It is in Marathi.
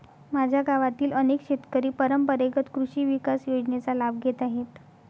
माझ्या गावातील अनेक शेतकरी परंपरेगत कृषी विकास योजनेचा लाभ घेत आहेत